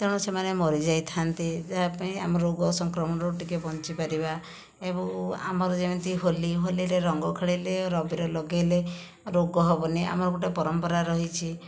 ତେଣୁ ସେମାନେ ମରିଯାଇଥାନ୍ତି ଯାହା ପାଇଁ ଆମେ ରୋଗ ସଂକ୍ରମଣରୁ ଟିକେ ବଞ୍ଚିପାରିବା ଏବଂ ଆମର ଯେମିତି ହୋଲି ହୋଲିରେ ରଙ୍ଗ ଖେଳିଲେ ଅବିର ଲଗାଇଲେ ରୋଗ ହେବନି ଆମର ଗୋଟିଏ ପରମ୍ପରା ରହିଛି